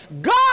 god